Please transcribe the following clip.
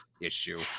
issue